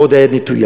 ועוד היד נטויה.